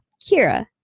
Kira